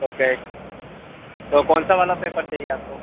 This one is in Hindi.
ओके तो कौनसा वाला पेपर चाहिए आपको